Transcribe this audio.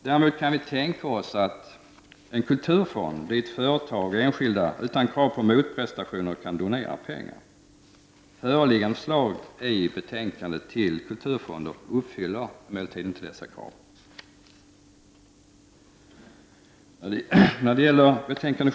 Däremot kan vi tänka oss att inrätta en kulturfond dit företag och enskilda utan krav på motprestationer kan donera pengar. Föreliggande förslag till kulturfonder uppfyller emellertid inte dessa krav.